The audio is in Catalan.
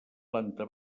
planta